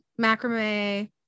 macrame